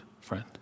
friend